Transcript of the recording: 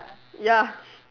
ya